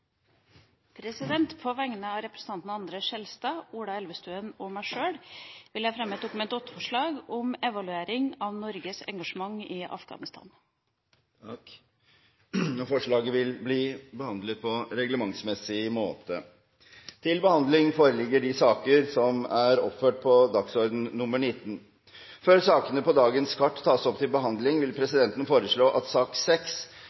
representantforslag. På vegne av representantene André N. Skjelstad, Ola Elvestuen og meg sjøl vil jeg fremme et forslag om evaluering av Norges engasjement i Afghanistan. Forslaget vil bli behandlet på reglementsmessig måte. Før sakene på dagens kart tas opp til behandling, vil presidenten foreslå at sak